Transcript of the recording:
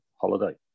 holiday